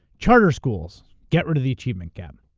charter schools, get rid of the achievement gap.